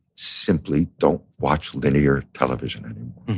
simply don't watch linear television anymore.